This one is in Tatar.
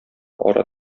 ара